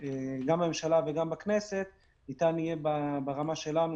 גם בממשלה וגם בכנסת ניתן יהיה ברמה שלנו,